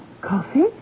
Coffee